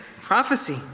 prophecy